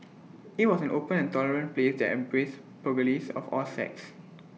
IT was an open tolerant place that embraced pugilists of all sects